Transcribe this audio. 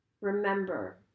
remember